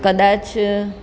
કદાચ